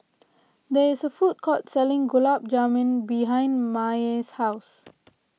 there is a food court selling Gulab Jamun behind Maye's house